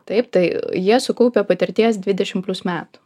taip tai jie sukaupę patirties dvidešim metų